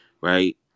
right